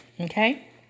Okay